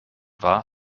war